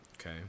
okay